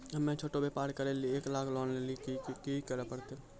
हम्मय छोटा व्यापार करे लेली एक लाख लोन लेली की करे परतै?